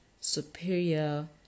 superior